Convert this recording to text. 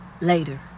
later